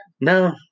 No